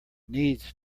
needs